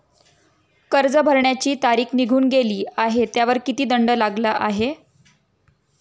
कर्ज भरण्याची तारीख निघून गेली आहे त्यावर किती दंड लागला आहे?